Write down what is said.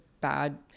bad